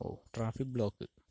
oh traffic block